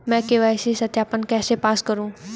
मैं के.वाई.सी सत्यापन कैसे पास करूँ?